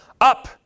Up